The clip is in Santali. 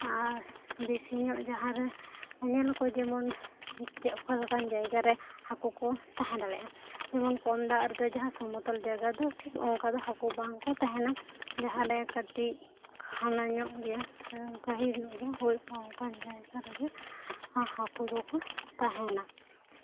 ᱟᱨ ᱵᱮᱥᱤ ᱧᱚᱜ ᱡᱟᱦᱟᱸ ᱨᱮ ᱧᱮᱞ ᱟᱠᱚ ᱡᱮᱢᱚᱱ ᱪᱮᱫ ᱚᱠᱟ ᱞᱮᱠᱟᱱ ᱡᱟᱭᱜᱟ ᱨᱮ ᱦᱟᱹᱠᱩ ᱠᱚ ᱛᱟᱦᱮᱸ ᱫᱟᱲᱮᱭᱟᱜᱼᱟ ᱡᱮᱢᱚᱱ ᱠᱚᱢ ᱫᱟᱜ ᱨᱮ ᱫᱚ ᱡᱟᱦᱟᱸ ᱥᱚᱢᱚᱛᱚᱞ ᱡᱟᱭᱜᱟ ᱫᱚ ᱴᱷᱤᱠ ᱚᱱᱠᱟ ᱫᱚ ᱦᱟᱹᱠᱩ ᱵᱟᱝ ᱠᱚ ᱛᱟᱦᱮᱱᱟ ᱡᱟᱦᱟᱸ ᱨᱮ ᱠᱟᱹᱴᱤᱡ ᱦᱟᱱᱟ ᱧᱚᱜ ᱜᱮᱭᱟ ᱜᱟᱹᱦᱤᱨ ᱧᱚᱜ ᱜᱮᱭᱟ ᱚᱱᱠᱟᱱ ᱡᱟᱭᱜᱟ ᱨᱮ ᱜᱮ ᱦᱟᱹᱠᱩ ᱫᱚ ᱠᱚ ᱛᱟᱦᱮᱱᱟ